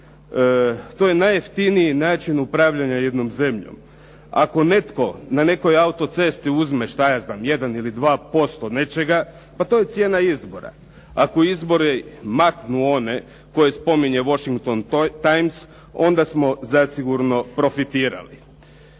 To je najjeftiniji način upravljanja jednom zemljom. Ako netko na nekoj autocesti uzme 1 ili 2% nečega, pa to je cijena izbora. Ako izbori maknu one koje spominje "Washington Times", onda smo zasigurno profitirali.